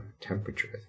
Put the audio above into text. temperature